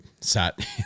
sat